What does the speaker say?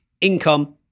income